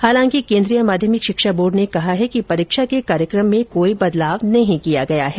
हालांकि केन्द्रीय माध्यमिक शिक्षा बोर्ड ने कहा है कि परीक्षा के कार्यक्रम में कोई बदलाव नहीं किया गया है